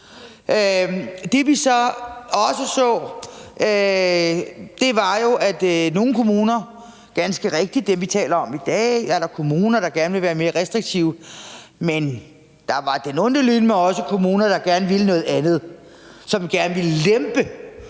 Det, vi så også så, var jo, at der var kommuner – det er ganske rigtig dem, vi taler om i dag – der gerne ville være mere restriktive, men der var denondelyneme også kommuner, der gerne ville noget andet: som gerne ville lempe,